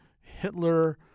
Hitler